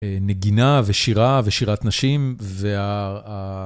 נגינה, ושירה, ושירת נשים, וה...